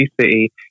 city